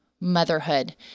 motherhood